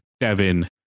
Devin